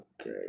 okay